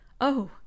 Oh